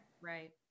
Right